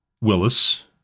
Willis